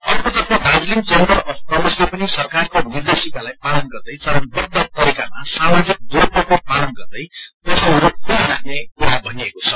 अर्कोतर्फ Darjeeling chamber of कर्मशले पनि सरकारको निर्देश्क्रिलाई पालन गर्दै चरणबद्ध तरीकामा सामाजिक दूरत्वको पालन गर्दै पसलहरू खुल्ता राख्ने कुरा भनिएको छ